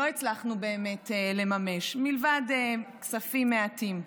לא הצלחנו באמת לממש, מלבד כספים מעטים.